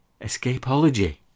Escapology